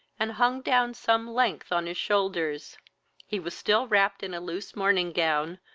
and hung down some length on his shoulders he was still wrapped in a loose morning gown,